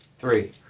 Three